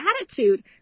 attitude